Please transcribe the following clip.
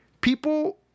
people